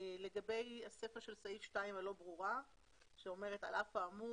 לגבי הסיפה של סעיף 2 הלא ברורה שאומרת "על אף האמור